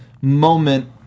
moment